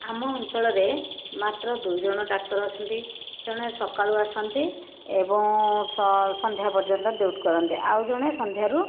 ଆମ ଅଞ୍ଚଳରେ ମାତ୍ର ଦୁଇଜଣ ଡ଼ାକ୍ତର ଅଛନ୍ତି ତେଣୁ ଏଇ ସକାଳୁଆ ଆସନ୍ତି ଏବଂ ଛ ସନ୍ଧ୍ୟା ପର୍ଯ୍ୟନ୍ତ ଡ୍ୟୁଟି କରନ୍ତି ଆଉ ଜଣେ ସନ୍ଧ୍ୟାରୁ